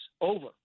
over